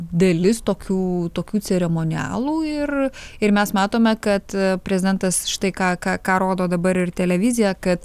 dalis tokių tokių ceremonialų ir ir mes matome kad prezidentas štai ką ką ką rodo dabar ir televizija kad